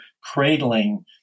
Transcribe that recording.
cradling